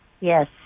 yes